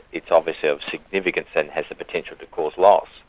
it's obviously of significance and has the potential to cause loss.